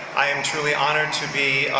i am truly honored to be